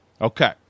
Okay